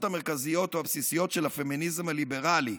המרכזיות או הבסיסיות של הפמיניזם הליברלי.